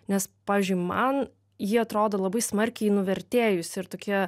nes pavyzdžiui man ji atrodo labai smarkiai nuvertėjusi ir tokia